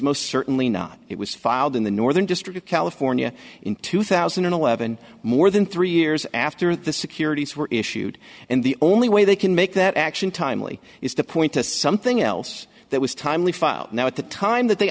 most certainly not it was filed in the northern district of california in two thousand and eleven more than three years after the securities were issued and the only way they can make that action timely is to point to something else that was timely filed now at the time that they